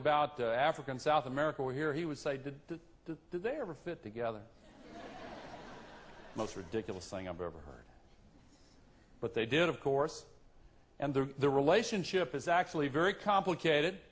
about africa and south america were here he would say did they ever fit together most ridiculous thing i've ever heard but they did of course and the relationship is actually very complicated